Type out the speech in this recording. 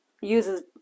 uses